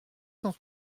cent